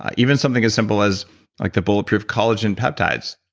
ah even something as simple as like the bulletproof collagen peptides